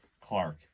Clark